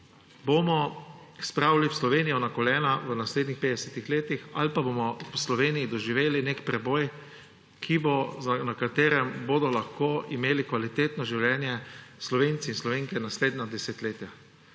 bomo spravili Slovenijo na kolega v naslednjih 50 letih ali pa bomo v Sloveniji doživeli nek preboj, da bodo lahko imeli kvalitetno življenje Slovenke in Slovenci naslednja desetletja.